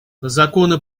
законы